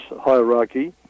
hierarchy